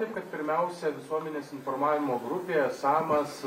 taip kad pirmiausia visuomenės informavimo grupė samas